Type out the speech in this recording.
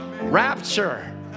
Rapture